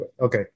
Okay